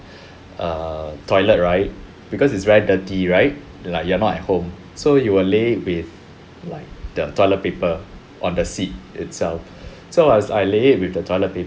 err toilet right because it's very dirty right like you are not at home so you will lay with like the toilet paper on the seat itself so I was I lay it with the toilet